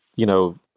you know,